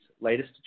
latest